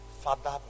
Father